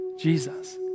Jesus